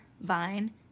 vine